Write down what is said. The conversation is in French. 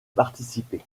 participer